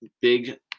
big